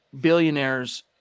billionaires